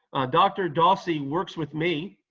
dr. dawsey works with me,